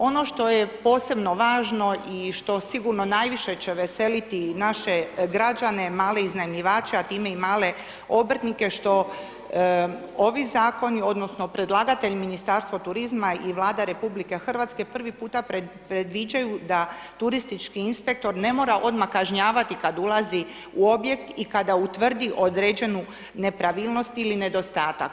Ono što je posebno važno i što sigurno najviše će veseliti naše građane, male iznajmljivače a time i male obrtnike što ovi zakoni, odnosno predlagatelj Ministarstvo turizma i Vlada RH prvi puta predviđaju da turistički inspektor ne mora odmah kažnjavati kada ulazi u objekt i kada utvrdi određenu nepravilnost ili nedostatak.